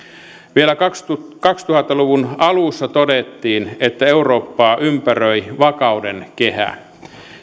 vielä kaksituhatta kaksituhatta luvun alussa todettiin että eurooppaa ympäröi vakauden kehä